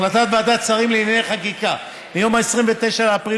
החלטת ועדת שרים לענייני חקיקה מיום 29 באפריל